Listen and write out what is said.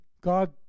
God